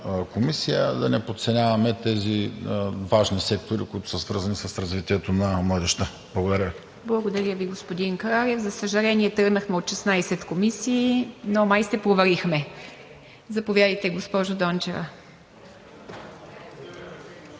комисия. Да не подценяваме тези важни сектори, които са свързани с развитието на младежта. Благодаря Ви. ПРЕДСЕДАТЕЛ ИВА МИТЕВА: Благодаря Ви, господин Кралев. За съжаление, тръгнахме от 16 комисии, но май се провалихме. Заповядайте, госпожо Дончева.